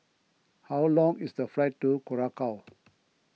how long is the flight to Curacao